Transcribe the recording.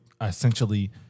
essentially